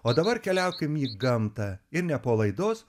o dabar keliaukim į gamtą ir ne po laidos